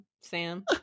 Sam